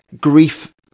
grief